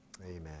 Amen